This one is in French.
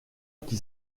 qui